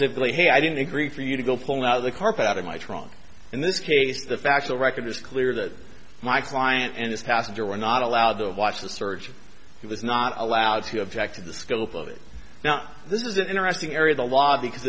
specifically i didn't agree for you to go pull out of the carpet out of my trunk in this case the factual record is clear that my client and this passenger were not allowed to watch the search he was not allowed to object to the scope of it now this is an interesting area the law because